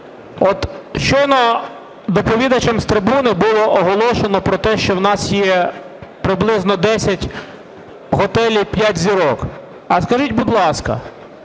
От щойно доповідачем з трибуни було оголошено про те, що у нас є приблизно 10 готелів 5 зірок. А скажіть, будь ласка,